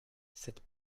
cette